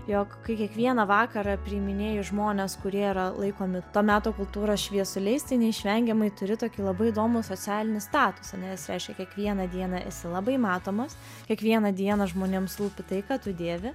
jog kai kiekvieną vakarą priiminėji žmones kurie yra laikomi to meto kultūros šviesuliais neišvengiamai turi tokį labai įdomų socialinį statusą nes reiškia kiekvieną dieną esi labai matomas kiekvieną dieną žmonėms rūpi tai kad tu dėvi